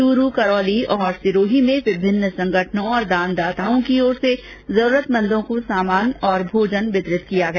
चूरू करौली और सिरोही में विभिन्न संगठनों और दानदाताओं की ओर से जरूरतमंदों को सामान और भोजन वितरित किया गया